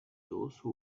those